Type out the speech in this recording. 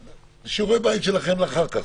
שיעורי בית שלכם לאחר כך,